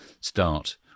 start